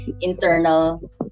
internal